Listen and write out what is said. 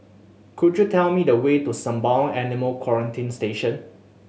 could you tell me the way to Sembawang Animal Quarantine Station